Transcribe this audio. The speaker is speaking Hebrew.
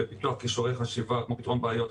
בפיתוח כישורי חשיבה כמו: פתרון בעיות,